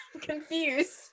Confused